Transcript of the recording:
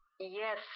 Yes